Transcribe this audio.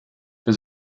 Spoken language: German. für